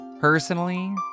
personally